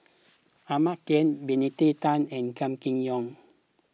Ahmad Khan Benedict Tan and Kam Kee Yong